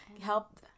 help